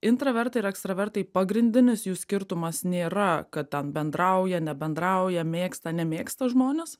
intravertai ir ekstravertai pagrindinis jų skirtumas nėra kad ten bendrauja nebendrauja mėgsta nemėgsta žmones